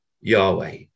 Yahweh